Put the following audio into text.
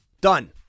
Done